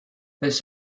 this